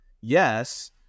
yes